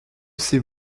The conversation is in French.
ces